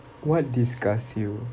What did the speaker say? what disgusts you